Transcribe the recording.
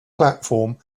platform